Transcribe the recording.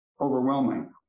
overwhelming